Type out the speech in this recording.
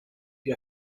più